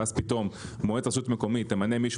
ואז פתאום מועצת רשות מקומית תמנה מישהו